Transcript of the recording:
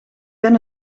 ben